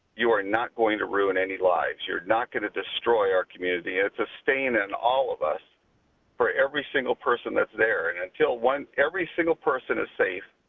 you are not going to ruin any lives. you're not going to destroy our community. it's a stain in all of us for every single person that is there. and until every single person is safe,